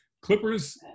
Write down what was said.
Clippers